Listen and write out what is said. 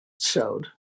showed